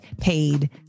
paid